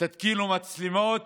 תתקינו מצלמות,